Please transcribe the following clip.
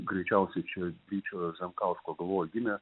greičiausiai čia ryčio zemkausko galvoj gimė